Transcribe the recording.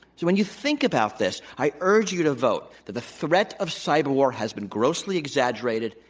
so when you think about this i urge you to vote that the threat of cyber war has been grossly exaggerated,